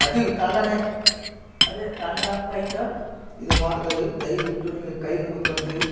ಇದೀವಿ ತಾಂಡ ಅದೇ ತಾಂಡ ಅಂತ ಇದೆ ಇದು ಮಾಡ್ತಾ ಇದೀವಿ ದಯವಿಟ್ಟು ನಿಮ್ಗೆ ಕೈ ಮುಗಿದ್ಕೋತೀವಿ